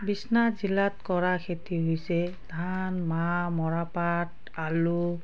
বিশ্বনাথ জিলাত কৰা খেতি হৈছে ধান মাহ মৰাপাট আলু